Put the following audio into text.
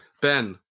Ben